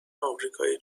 آمریکای